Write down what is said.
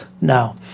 now